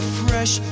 fresh